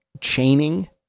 chaining